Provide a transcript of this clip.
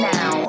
Now